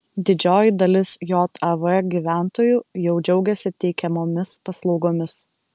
didžioji dalis jav gyventojų jau džiaugiasi teikiamomis paslaugomis